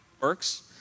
works